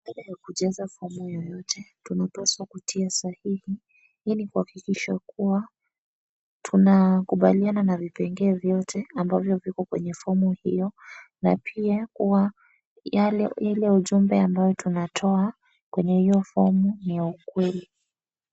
Baada ya kujaza fomu yoyote tunapaswa kutia sahihi ili kuhakikisha kuwa tunakubaliana na vipengele vyote ambavyo viko kwenye fomu hiyo na pia kuwa yale ujumbe ambaye tunatoa kwenye hiyo fomu ni ya ukweli.